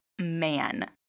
man